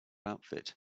outfit